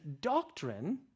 doctrine